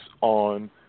on